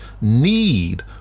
need